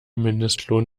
mindestlohn